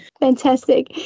Fantastic